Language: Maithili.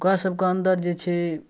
ओकरासभके अन्दर जे छै